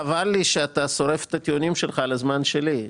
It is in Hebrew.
חבל לי שאתה שורף את הטיעונים שלך על הזמן שלי.